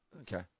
Okay